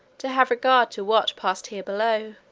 to have regard to what passed here below.